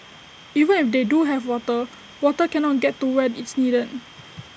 even if they do have water water cannot get to where it's needed